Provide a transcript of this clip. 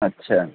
اچھا